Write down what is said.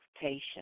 patient